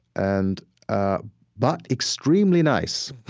and ah but extremely nice